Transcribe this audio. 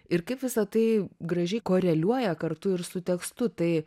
ir kaip visa tai gražiai koreliuoja kartu ir su tekstu tai